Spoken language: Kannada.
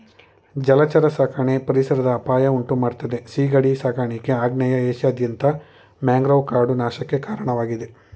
ಜಲಚರ ಸಾಕಣೆ ಪರಿಸರದ ಅಪಾಯ ಉಂಟುಮಾಡ್ತದೆ ಸೀಗಡಿ ಸಾಕಾಣಿಕೆ ಆಗ್ನೇಯ ಏಷ್ಯಾದಾದ್ಯಂತ ಮ್ಯಾಂಗ್ರೋವ್ ಕಾಡು ನಾಶಕ್ಕೆ ಕಾರಣವಾಗಿದೆ